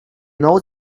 know